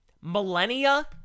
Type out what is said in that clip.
millennia